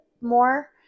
more